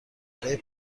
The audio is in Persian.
برای